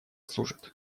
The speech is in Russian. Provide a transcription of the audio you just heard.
служат